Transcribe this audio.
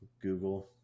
Google